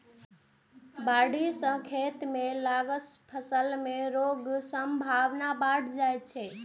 बाढ़ि सं खेत मे लागल फसल मे रोगक संभावना बढ़ि जाइ छै